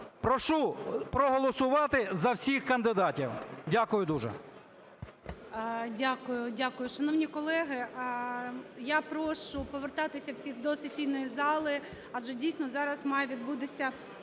Прошу проголосувати за всіх кандидатів. Дякую дуже. ГОЛОВУЮЧИЙ. Дякую, дякую. Шановні колеги, я прошу повертатися всіх до сесійної зали, адже дійсно зараз має відбутися